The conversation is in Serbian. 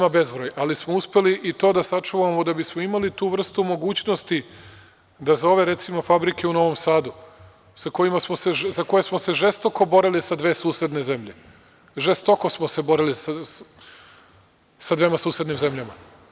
Ali, uspeli smo i to da sačuvamo, da bismo imali tu vrstu mogućnosti da za ove, recimo, fabrike u Novom Sadu, za koje smo se žestoko borili sa dve susedne zemlje, žestoko smo se borili sa dvema susednim zemljama.